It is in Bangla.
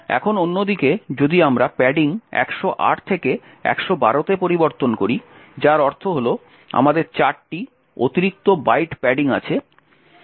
এখন অন্য দিকে যদি আমরা প্যাডিং 108 থেকে 112 তে পরিবর্তন করি যার অর্থ হল আমাদের চারটি অতিরিক্ত বাইট প্যাডিং আছে